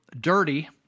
dirty